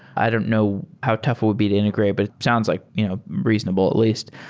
i don't know how tough it would be to integrate, but it sounds like you know reasonable at least.